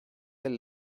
elle